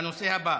לנושא הבא,